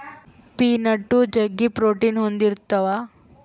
pine nut ಜಗ್ಗಿ protein ಹೊಂದಿರ್ತವ